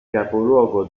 capoluogo